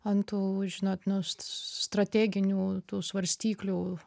an tų žinot nu strateginių tų svarstyklių